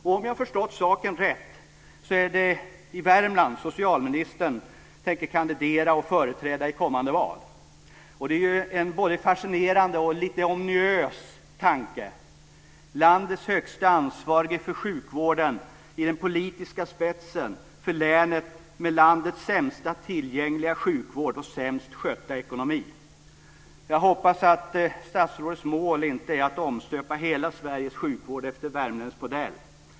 Om jag har förstått saken rätt tänker socialministern kandidera för Värmland i kommande val. Det är en både fascinerande och ominös tanke: landets högste ansvarige för sjukvården i den politiska spetsen för länet med landets sämsta tillgängliga sjukvård och sämst skötta ekonomi. Jag hoppas att statsrådets mål inte är att omstöpa hela Sveriges sjukvård efter värmländsk modell.